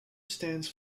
stands